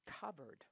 covered